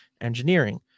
engineering